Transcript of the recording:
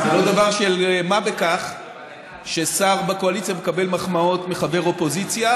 זה לא דבר של מה בכך ששר בקואליציה מקבל מחמאות מחבר אופוזיציה.